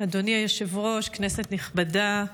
אדוני היושב-ראש, כנסת נכבדה,